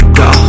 go